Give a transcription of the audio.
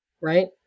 Right